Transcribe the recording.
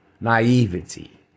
naivety